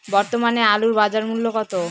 বর্তমানে আলুর বাজার মূল্য কত?